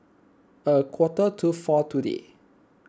a quarter to four today